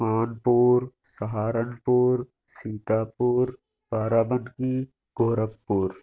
کان پور سہارن پور سیتاپور آرا بڈکی گورکھپور